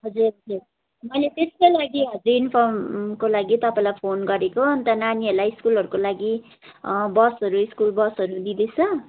हजुर एक खेप मैले त्यसकै लागि हजुर इन्फर्मको लागि तपाईँलाई फोन गरेको अन्त नानीहरूलाई स्कुलहरूको लागि बसहरू स्कुल बसहरू दिँदैछ